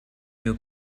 new